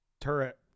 turret